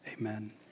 Amen